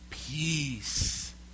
peace